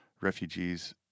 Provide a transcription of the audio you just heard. refugees